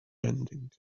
ending